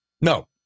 No